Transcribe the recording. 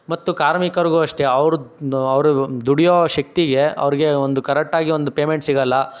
ಮತ್ತು ಕಾರ್ಮಿಕರಿಗೂ ಅಷ್ಟೇ ಅವ್ರು ದುಡಿಯೋ ಶಕ್ತಿಗೆ ಅವರಿಗೆ ಒಂದು ಕರೆಕ್ಟಾಗಿ ಒಂದು ಪೇಮೆಂಟ್ ಸಿಗಲ್ಲ